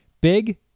big